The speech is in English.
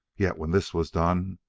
yet, when this was done,